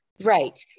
Right